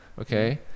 okay